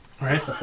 right